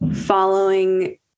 following